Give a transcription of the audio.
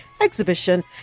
exhibition